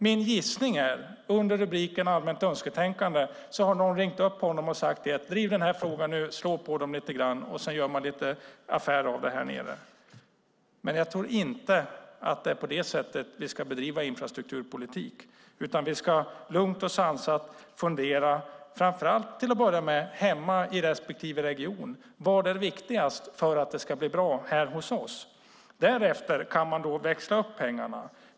Min gissning är att någon, under rubrikerna allmänt önsketänkande, har ringt upp Isak From och sagt: Driv den här frågan och slå på dem och gör lite affär av det. Jag tror inte att det är på det sättet vi ska bedriva infrastrukturpolitik. Vi ska lugnt och sansat hemma i regionen fundera över vad som är viktigast för att det ska bli bra där. Därefter kan man växla upp pengarna.